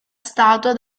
statua